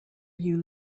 you